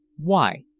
why?